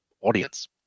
audience